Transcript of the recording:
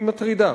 היא מטרידה,